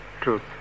truth